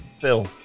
Phil